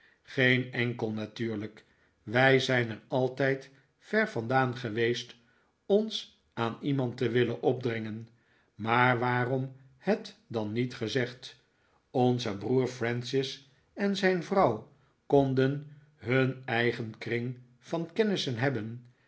geen enkel natuurlijk wij zijn er altijd ver vandaan geweest ons aan iemand te willen opdringen maar wawrom het dan niet gezegd onze broer francis en zijn vrouw konden hun eigen kring van kennissen hebben